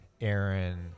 Aaron